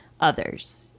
others